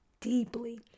deeply